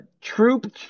troop